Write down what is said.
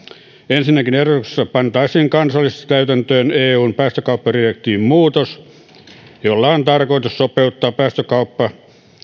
ensinnäkin ehdotuksessa pantaisiin kansallisesti täytäntöön eun päästökauppadirektiivin muutos jolla on tarkoitus sopeuttaa päästökauppa